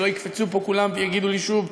שלא יקפצו פה כולם ויגידו לי שוב: